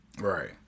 Right